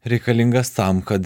reikalingas tam kad